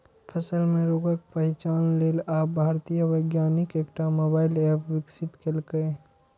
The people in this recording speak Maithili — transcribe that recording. फसल मे रोगक पहिचान लेल आब भारतीय वैज्ञानिक एकटा मोबाइल एप विकसित केलकैए